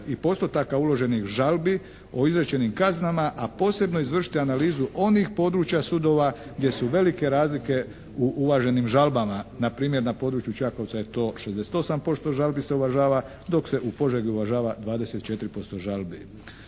i postotaka uloženih žalbi o izrečenim kaznama, a posebno izvršiti analizu onih područja sudova gdje su velike razlike u uvaženim žalbama, npr. na području Čakovca je to 68% žalbi se uvažava, dok se u Požegi uvažava 24% žalbi.